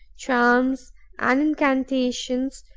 charms and incantations,